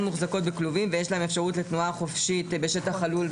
מוחזקות בכלובים ויש להן אפשרות לתנועה חופשית בשטח הלול,